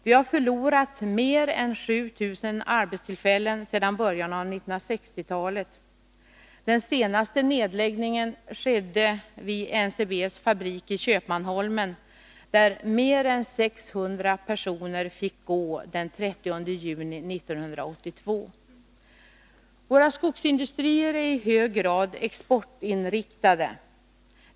Vi har förlorat mer än 7 000 arbetstillfällen sedan början av 1960-talet. Den senaste nedläggningen skedde vid NCB:s fabrik i Köpmanholmen, där mer än 600 personer fick gå den 30 juni 1982. Våra skogsindustrier är i hög grad exportinriktade.